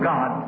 God